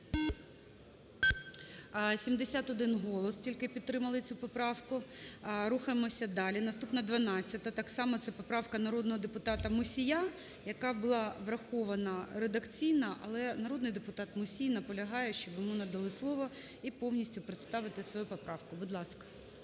71 голос тільки підтримали цю поправку. Рухаємося далі. Наступна 12-а. Так само це поправка народного депутата Мусія, яка була врахована редакційно, але народний депутат Мусій наполягає, щоб йому надали слово і повністю представити свою поправку, будь ласка.